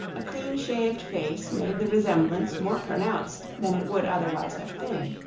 a clean-shaved face made the resemblance more pronounced than it would otherwise have been.